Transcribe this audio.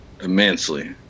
immensely